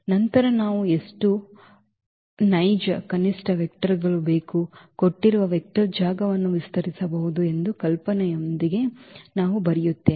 ನಂತರ ನಾವು ಎಷ್ಟು ನೈಜ ಕನಿಷ್ಠ ವೆಕ್ಟರ್ ಗಳು ಬೇಕು ಕೊಟ್ಟಿರುವ ವೆಕ್ಟರ್ ಜಾಗವನ್ನು ವಿಸ್ತರಿಸಬಹುದು ಎಂಬ ಕಲ್ಪನೆಯೊಂದಿಗೆ ನಾವು ಬರುತ್ತೇವೆ